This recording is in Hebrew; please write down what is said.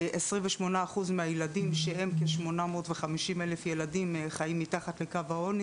28 אחוז מהילדים שהם כ-850 אלף ילדים חיים מתחת לקו העוני